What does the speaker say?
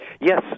Yes